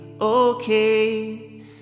okay